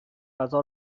فضا